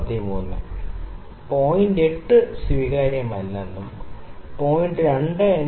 8 സ്വീകാര്യമല്ലെന്നും 0